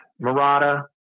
Murata